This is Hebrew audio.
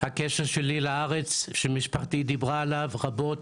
הקשר שלי לארץ שמשפחתי דיברה עליו רבות